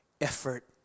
effort